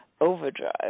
overdrive